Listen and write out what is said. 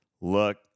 Look